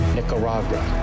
Nicaragua